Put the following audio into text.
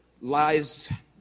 Lies